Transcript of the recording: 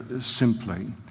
simply